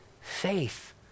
faith